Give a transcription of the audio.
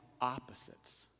opposites